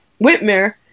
Whitmer